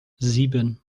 sieben